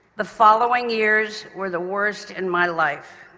the following years were the worst in my life.